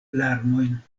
larmojn